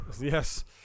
yes